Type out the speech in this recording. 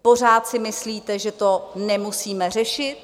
Pořád si myslíte, že to nemusíme řešit?